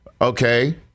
okay